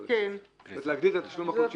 אז להגדיר את התשלום החודשי.